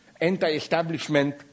anti-establishment